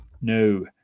No